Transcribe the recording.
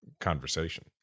conversation